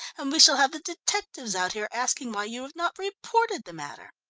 and we shall have the detectives out here asking why you have not reported the matter.